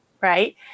right